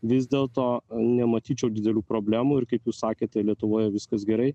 vis dėl to nematyčiau didelių problemų ir kaip jūs sakėte lietuvoje viskas gerai